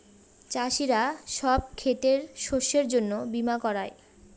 চাষীরা সব ক্ষেতের শস্যের জন্য বীমা করায়